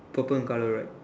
purple in colour right